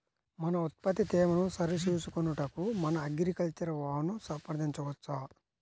మన ఉత్పత్తి తేమను సరిచూచుకొనుటకు మన అగ్రికల్చర్ వా ను సంప్రదించవచ్చా?